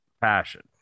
passion